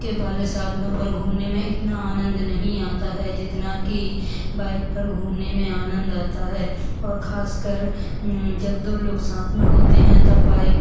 के वाले साधनों पर घूमने में इतना आनंद नहीं आता है जितना कि बाइक पर घूमने में आनंद आता है और ख़ासकर जब दो लोग साथ में होते हैं तब बाइक पर